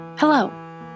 Hello